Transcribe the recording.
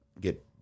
get